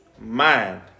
mind